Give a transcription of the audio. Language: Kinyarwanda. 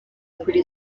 kuri